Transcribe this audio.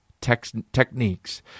techniques